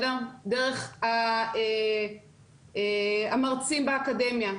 דרך המרצים באקדמיה,